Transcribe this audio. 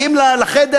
מגיעים לחדר,